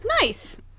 Nice